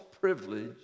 privilege